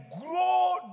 grow